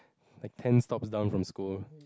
like ten stops down from school